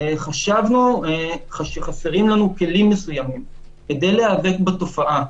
חשבנו שחסרים לנו כלים מסוימים כדי להיאבק בתופעה.